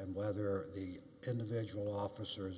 and whether the individual officers